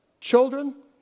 children